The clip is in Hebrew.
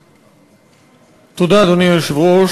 תודה, אדוני היושב-ראש.